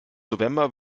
november